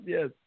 Yes